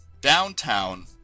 downtown